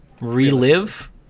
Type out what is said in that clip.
Relive